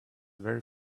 very